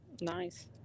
nice